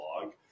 blog